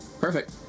Perfect